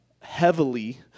heavily